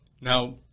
Now